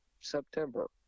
september